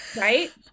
Right